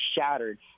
shattered